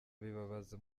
bibabaza